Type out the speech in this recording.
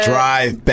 Drive